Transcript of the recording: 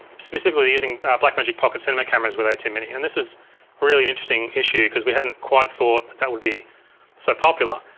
specifically using blackmagic pocket cinema cameras with atem mini, and this is really an interesting issue, cause we hadn't quite thought that that would be so popular.